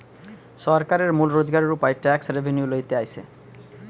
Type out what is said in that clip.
সরকারের মূল রোজগারের উপায় ট্যাক্স রেভেন্যু লইতে আসে